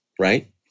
Right